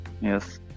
yes